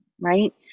right